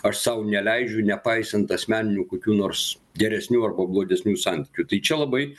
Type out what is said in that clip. aš sau neleidžiu nepaisant asmeninių kokių nors geresnių arba blogesnių santykių tai čia labai